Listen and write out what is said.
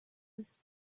was